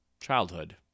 childhood